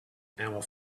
our